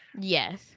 Yes